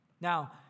Now